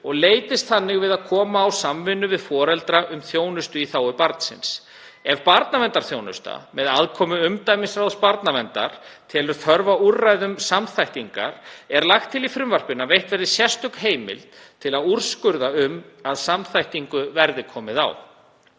og leitist þannig við að koma á samvinnu við foreldra um þjónustu í þágu barnsins. Ef barnaverndarþjónusta með aðkomu umdæmisráðs barnaverndar telur þörf á úrræðum samþættingar er lagt til í frumvarpinu að veitt verði sérstök heimild til að úrskurða um að samþættingu verði komið á.